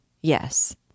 Yes